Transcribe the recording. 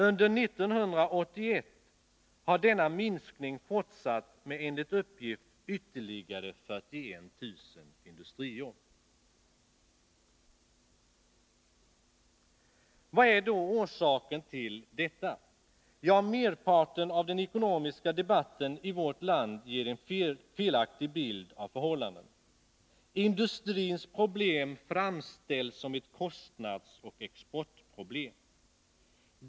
Under 1981 har denna minskning fortsatt med, enligt uppgift, ytterligare 41 000 industriarbeten. Vad är då orsaken till detta? Ja, merparten av den ekonomiska debatten i vårt land ger en felaktig bild av förhållandena. Industrins problem framställs som ett kostnadsoch exportproblem.